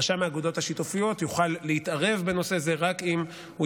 רשם האגודות השיתופיות יוכל להתערב בנושא זה רק אם הוא